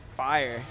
fire